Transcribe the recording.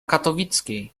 katowickiej